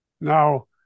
Now